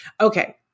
Okay